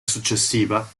successiva